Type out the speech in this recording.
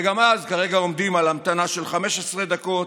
וגם אז, כרגע עומדים על המתנה של 15 דקות,